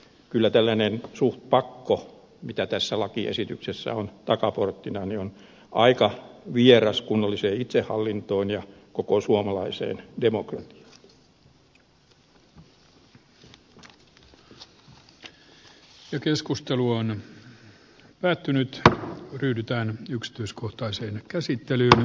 kyllä tällainen suht pakko mikä tässä lakiesityksessä on takaporttina aika vieras on kunnalliseen itsehallintoon ja koko suomalaiseen demokratiaan